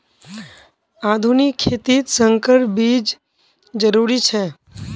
आधुनिक खेतित संकर बीज जरुरी छे